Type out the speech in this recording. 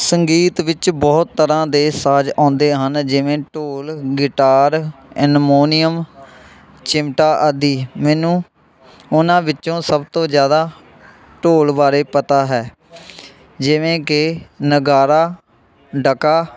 ਸੰਗੀਤ ਵਿੱਚ ਬਹੁਤ ਤਰ੍ਹਾਂ ਦੇ ਸਾਜ ਆਉਂਦੇ ਹਨ ਜਿਵੇਂ ਢੋਲ ਗਿਟਾਰ ਐਨਮੋਨੀਅਮ ਚਿਮਟਾ ਆਦਿ ਮੈਨੂੰ ਉਹਨਾਂ ਵਿੱਚੋਂ ਸਭ ਤੋਂ ਜ਼ਿਆਦਾ ਢੋਲ ਬਾਰੇ ਪਤਾ ਹੈ ਜਿਵੇਂ ਕਿ ਨਗਾਰਾ ਡਕਾ